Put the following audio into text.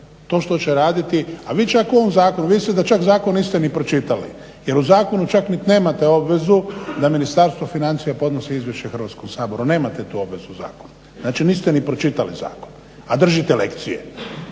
to što će raditi. A vi čak u ovom zakonu vidi se da čak zakon niste ni pročitali, jer u zakonu čak nit nemate obvezu da Ministarstvo financija podnosi izvješće Hrvatskom saboru. Nemate tu obvezu u zakonu. Znači niste ni pročitali zakon, a držite lekcije.